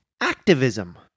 Activism